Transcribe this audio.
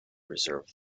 reserve